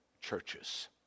churches